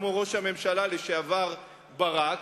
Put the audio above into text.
כמו ראש הממשלה לשעבר ברק,